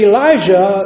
Elijah